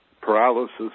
Paralysis